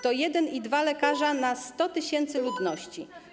To 1,2 lekarza na 100 tys. ludności.